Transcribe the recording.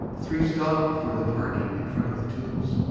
the three stopped before the party in front of the tombs.